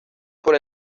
por